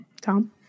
Tom